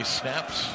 snaps